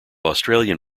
australian